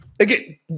Again